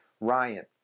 Ryan